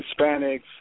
Hispanics